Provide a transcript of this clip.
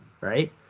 right